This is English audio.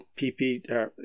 pp